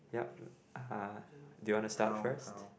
yup uh do you want to start first